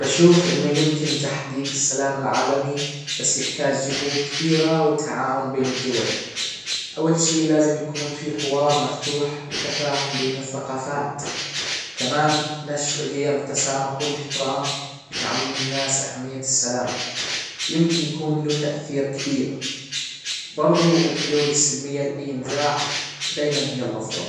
بشوف انه يمكن تحقيق السلام العالمي بس يحتاج جهود كبيرة وتعاون بين الدول اول شي لازم يكون في حوار مفتوح وتفاهم بين الثقافات كمان نشر جيم التسامح والاحترام وتعليم الناس اهمية السلام يمكن يكون ليه تأثير كبير برضو الحلول السلمية لاي نزاع دايما هي الافضل